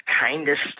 kindest